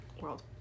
World